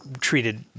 treated